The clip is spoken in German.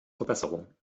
verbesserung